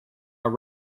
are